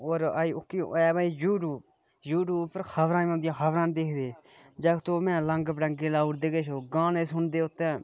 होर ओह्की ऐप ऐ यूट्यूब यूट्यूब उप्पर खबरां औंदियां खबरां दिखदे जागत ओह् रंग बरंगे बड़ंगियां लाई ओड़दे ओह् गाने सुनदे उत्त